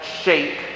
shape